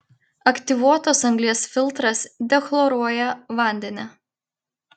aktyvuotos anglies filtras dechloruoja vandenį